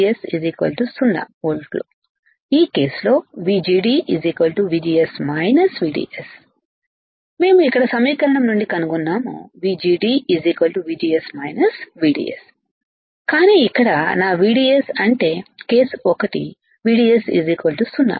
ఈ కేసు లో VGD VGS VDS మేము ఇక్కడ సమీకరణం నుండి కనుగొన్నాము VGD VGS VDS కానీ ఇక్కడ నాVDS అంటే కేసు ఒకటి VDS 0 వోల్ట్